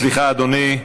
סליחה, אדוני,